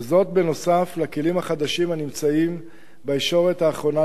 נוסף על הכלים החדשים הנמצאים בישורת האחרונה לפני יישום.